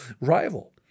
rival